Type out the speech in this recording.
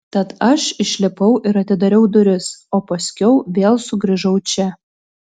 tad aš išlipau ir atidariau duris o paskiau vėl sugrįžau čia